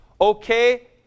okay